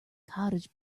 cottage